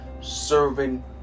serving